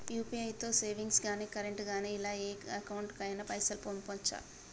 UPI తో savings గాని current గాని ఇలా ఏ అకౌంట్ కైనా పైసల్ పంపొచ్చా?